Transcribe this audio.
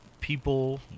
people